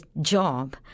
job